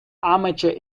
amateur